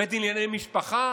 בית דין לענייני משפחה?